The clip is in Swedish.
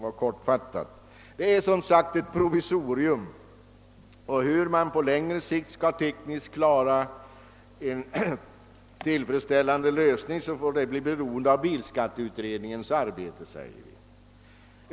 Vad som föreslås är som sagt ett provisorium, och hur en tillfredsställande lösning på längre sikt tekniskt skall se ut får bli beroende av bilskatteutredningens arbete.